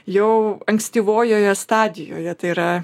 jau ankstyvojoje stadijoje tai yra